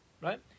Right